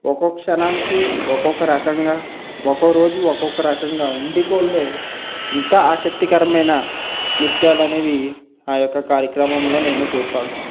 ఒక్కొక్క క్షణానికి ఒక్కొక్క రకంగా ఒక్కొక్క రోజు ఒక్కొక్క రకంగా ఉండే కొలది ఇంకా ఆసక్తికరమైన నృత్యాలు అనేవి ఆ యొక్క కార్యక్రమంలో నేను చూస్తాను